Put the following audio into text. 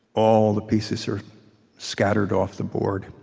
all the pieces are scattered off the board.